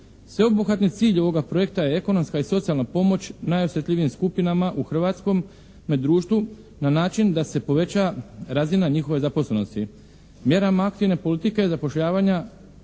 Sveobuhvatni cilj ovoga projekta je ekonomska i socijalna pomoć najosjetljivijim skupinama u hrvatskome društvu na način da se poveća razina njihove zaposlenosti. Mjerama aktivne politike zapošljavanja